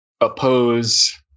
oppose